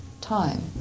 time